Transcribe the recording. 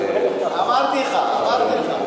השר דרעי ביקש להגיב.